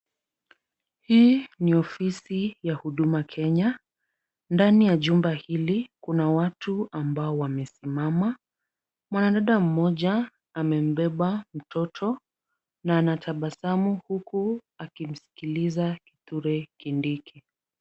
Hii ni ofisi ya huduma Kenya, ndani ya jumba hili kuna watu ambao wamesimama. Mwanadada mmoja amembeba mtoto na anatabasamu huku akimsikiliza Kithure Kindiki.